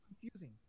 confusing